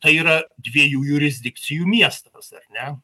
tai yra dviejų jurisdikcijų miestas ar ne